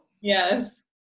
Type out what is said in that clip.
yes